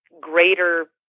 greater